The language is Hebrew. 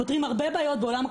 פותרים הרבה בעיות בעולם הקטינים,